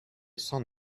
cent